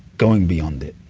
going beyond it.